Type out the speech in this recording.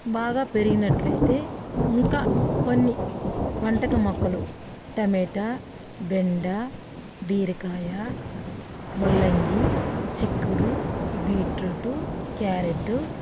బాగా పెరిగినట్లైతే ఇంకా కొన్ని వంటకి మొక్కలు టమోటా బెండ బీరకాయ ముల్లంగి చిక్కుడు బీట్రూటు క్యారెట్టు